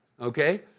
okay